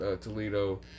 Toledo